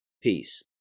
Peace